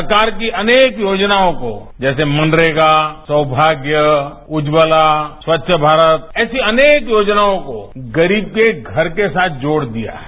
सरकार की अनेक योजनाओं को जैसे मनरेगा सौभाग्य उज्ज्वला स्वच्छ भारत ऐसी अनेक योजनाओं को गरीब के घर के साथ जोड़ दिया है